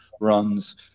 runs